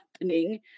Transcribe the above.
happening